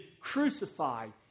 crucified